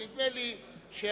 נדמה לי שהקואליציה,